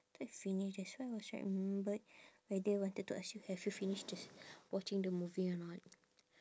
thought you finished that's why was right I remembered whether wanted to ask you have you finished this watching the movie or not